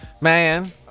Man